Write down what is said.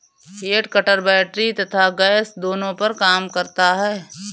head cutter battery तथा gas दोनों पर काम करता है